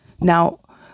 Now